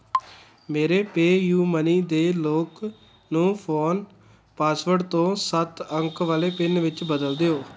ਮੇਰੇ ਪੇਯੁਮਨੀ ਦੇ ਲੋਕ ਨੂੰ ਫ਼ੋਨ ਪਾਸਵਰਡ ਤੋਂ ਸੱਤ ਅੰਕ ਵਾਲੇ ਪਿੰਨ ਵਿੱਚ ਬਦਲ ਦਿਓ